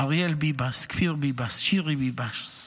אריאל ביבס, כפיר ביבס, שירי ביבס,